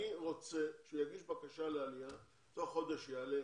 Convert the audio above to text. אני רוצה שהוא יגיש בקשה לעלייה ותוך חודש יעלה.